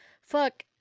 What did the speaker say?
fuck